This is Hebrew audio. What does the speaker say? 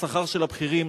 בשכר של הבכירים,